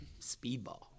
Speedball